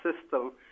system